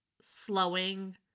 slowing